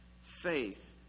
faith